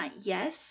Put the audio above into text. yes